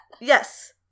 Yes